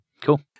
cool